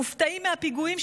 מופתעים מהפיגועים,